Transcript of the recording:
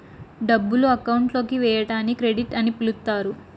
డబ్బులు అకౌంట్ లోకి వేయడాన్ని క్రెడిట్ అని పిలుత్తారు